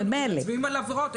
מצביעים על העבירות,